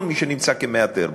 כל מי שנמצא כמאתר.